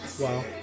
Wow